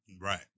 right